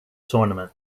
tournament